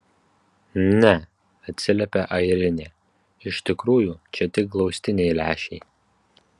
ne atsiliepia airinė iš tikrųjų čia tik glaustiniai lęšiai